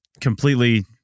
completely